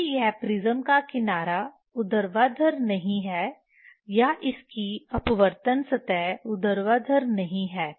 यदि यह प्रिज्म का किनारा ऊर्ध्वाधर नहीं है या इसकी अपवर्तन सतह ऊर्ध्वाधर नहीं है